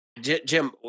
jim